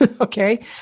Okay